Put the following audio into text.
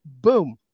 Boom